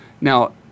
Now